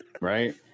Right